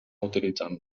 utilitzant